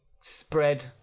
spread